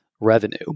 revenue